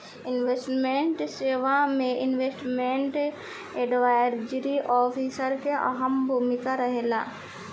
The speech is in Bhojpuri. इन्वेस्टमेंट सेवा में इन्वेस्टमेंट एडवाइजरी ऑफिसर के अहम भूमिका रहेला